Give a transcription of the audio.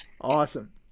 Awesome